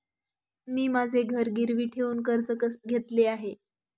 मी माझे घर गिरवी ठेवून कर्ज घेतले आहे